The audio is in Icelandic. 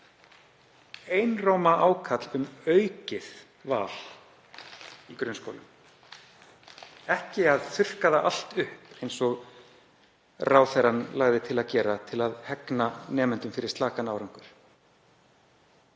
einróma ákall um aukið val í grunnskólum, ekki að þurrka það allt upp eins og ráðherrann lagði til að gera til að hegna nemendum fyrir slakan árangur.